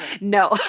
no